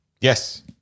Yes